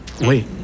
Wait